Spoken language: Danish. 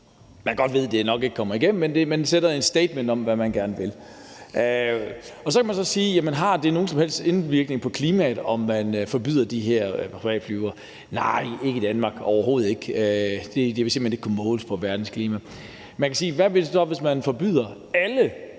hvor man godt ved, at det nok ikke kommer igennem, men det sætter et statement om, hvad man gerne vil. Så kan man så spørge, om det har nogen som helst indvirkning på klimaet, at man forbyder de her privatfly, og svaret er nej, ikke i Danmark – overhovedet ikke. Det ville simpelt hen ikke kunne måles på verdens klima. Hvad så, hvis man forbyder alle